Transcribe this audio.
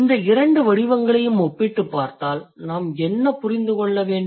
இந்த இரண்டு வடிவங்களையும் ஒப்பிட்டுப் பார்ப்பதில் நாம் என்ன புரிந்து கொள்ள வேண்டும்